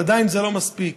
אבל זה עדיין לא מספיק.